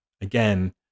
again